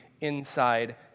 inside